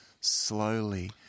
slowly